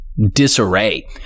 disarray